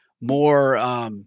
more